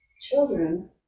children